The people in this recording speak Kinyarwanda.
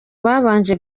babanje